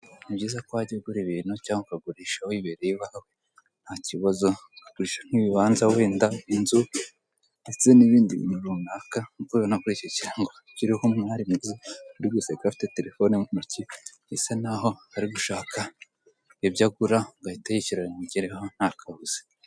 Ni byiza ko wajya ugura ibintu cyangwa ukagurisha wibereye iwawe ntakibazo ukagurisha nk'ibibanza wenda, inzu ndetse n'ibindi bintu runaka nkuko ubibona kuri ikikirango kiriho umwari mwiza uri guseka afite telefone mu ntoki bisanaho ari gushaka ibyo agura ngo ahite yishyura bimugereho ntakabuza.